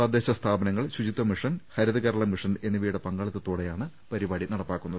തദ്ദേശ സ്ഥാപനങ്ങൾ Suchitwa mission Haritha Keralam mission എന്നിവയുടെ പങ്കാളിത്തതോടെയാണ് പരിപാടി ന്ടപ്പാക്കുന്നത്